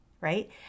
right